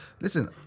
Listen